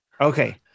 okay